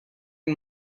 and